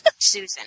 Susan